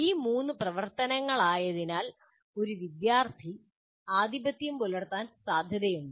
ഈ മൂന്ന് പ്രവർത്തനങ്ങളായതിനാൽ ഒരു വിദ്യാർത്ഥി ആധിപത്യം പുലർത്താൻ സാധ്യതയുണ്ട്